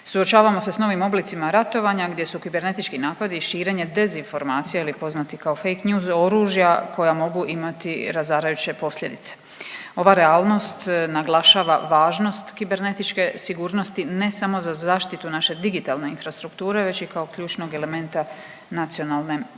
Suočavamo se sa novim oblicima ratovanja gdje su kibernetički napadi i širenje dezinformacija ili poznati kao facke news oružja koja mogu imati razarajuće posljedice. Ova realnost naglašava važnost kibernetičke sigurnosti ne samo za zaštitu naše digitalne infrastrukture već i kao ključnog elementa nacionalne